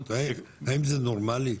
האם זה נורמלי?